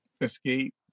escape